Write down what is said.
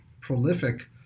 prolific